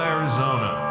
Arizona